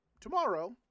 tomorrow